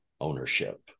ownership